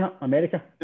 America